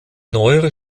neuere